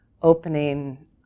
Opening